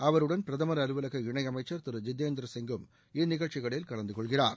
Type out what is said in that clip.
அவருடன் பிரதமர் அலுவலக இணையமச்சர் திரு ஜித்தேந்திர சிங்கும் இந்நிகழ்ச்சிகளில் கலந்து கொள்கிறார்